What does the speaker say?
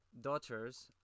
daughters